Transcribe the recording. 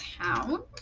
town